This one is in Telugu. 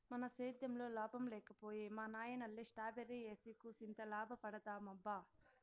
మన సేద్దెంలో లాభం లేక పోయే మా నాయనల్లె స్ట్రాబెర్రీ ఏసి కూసింత లాభపడదామబ్బా